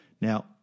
Now